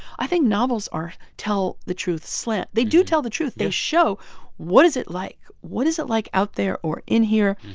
i think novels are tell the truth slant. they do tell the truth. they show what is it like? what is it like out there or in here?